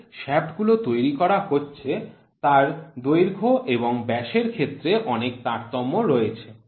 যে শ্যাফ্ট গুলো তৈরি করা হচ্ছে তার দৈর্ঘ্য এবং ব্যাসের ক্ষেত্রে অনেক তারতম্য রয়েছে